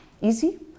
easy